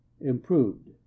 Improved